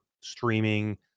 streaming